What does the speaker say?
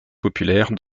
populaires